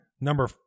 Number